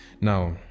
Now